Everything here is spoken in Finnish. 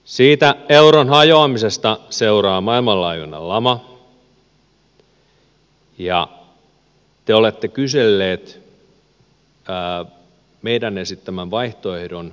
siitä euron hajoamisesta seuraa maailmanlaajuinen lama ja te olette kyselleet meidän esittämämme vaihtoehdon seurauksia